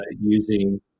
using